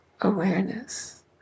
awareness